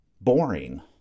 boring